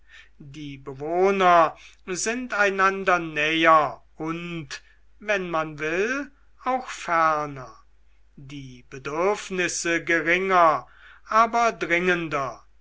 die bewohner sind einander näher und wenn man will auch ferner die bedürfnisse geringer aber dringender